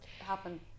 happen